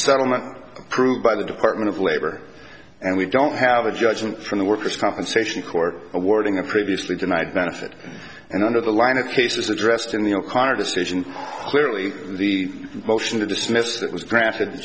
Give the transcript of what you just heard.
settlement approved by the department of labor and we don't have a judgment for the workers compensation court awarding a previously denied benefit and under the line of cases addressed in the car to station clearly the motion to dismiss that was drafted